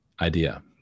idea